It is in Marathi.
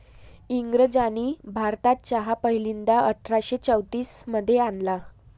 इंग्रजांनी भारतात चहा पहिल्यांदा अठरा शे चौतीस मध्ये आणला